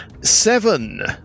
Seven